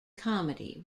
comedy